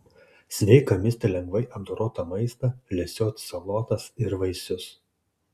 sveika misti lengvai apdorotą maistą lesioti salotas ir vaisius